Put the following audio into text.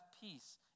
peace